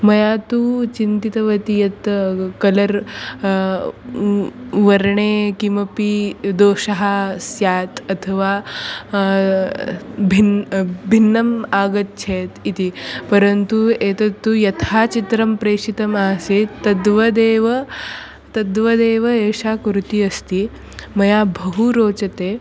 मया तु चिन्तितवती यत् कलर् वर्णे कोऽपि दोषः स्यात् अथवा भिन्नं भिन्नम् आगच्छेत् इति परन्तु एतत्तु यथा चित्रं प्रेषितमासीत् तद्वदेव तद्वदेव एषा कुरुती अस्ति मह्यं बहु रोचते